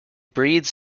breeds